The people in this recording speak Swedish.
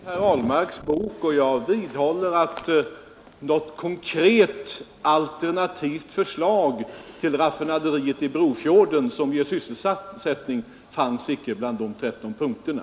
Herr talman! Jag har läst herr Ahlmarks bok och jag vidhåller att något konkret alternativt förslag till raffinaderiet i Brofjorden, som ger sysselsättning, inte finns bland de 13 punkterna.